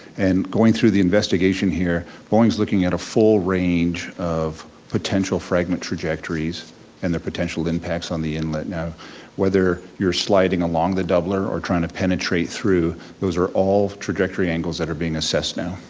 and going through the investigation here, boeing's looking at a full range of potential fragment trajectories and their potential impacts on the inlet. now whether you're sliding along the doubler or trying to penetrate through, those are all trajectory angles that are being assessed now.